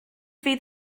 fydd